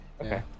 Okay